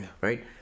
Right